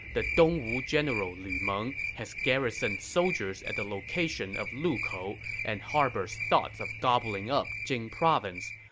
the dongwu general lu meng has garrisoned soldiers at the location of lu kou and harbors thoughts of gobbling up jing province.